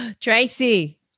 Tracy